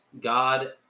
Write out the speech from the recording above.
God